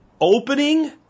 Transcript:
opening